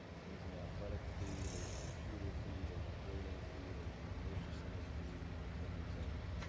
there's an athletic fee, there's a computer fee, there's a building fee, there's a university center fee, et cetera, et cetera.